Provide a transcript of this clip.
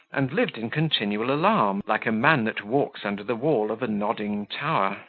and lived in continual alarm, like a man that walks under the wall of a nodding tower.